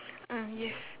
ah yes